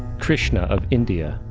krishna, of india,